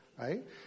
right